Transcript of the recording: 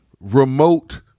remote